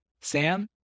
Sam